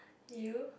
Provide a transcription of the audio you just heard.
you